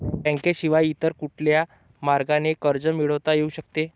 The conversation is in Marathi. बँकेशिवाय इतर कुठल्या मार्गाने कर्ज मिळविता येऊ शकते का?